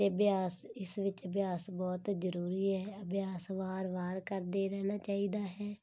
ਅਤੇ ਅਭਿਆਸ ਇਸ ਵਿੱਚ ਅਭਿਆਸ ਬਹੁਤ ਜ਼ਰੂਰੀ ਹੈ ਅਭਿਆਸ ਵਾਰ ਵਾਰ ਕਰਦੇ ਰਹਿਣਾ ਚਾਹੀਦਾ ਹੈ